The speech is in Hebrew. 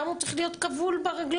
למה הוא צריך להיות כבול ברגליים?